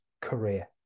career